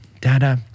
Dada